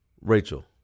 Rachel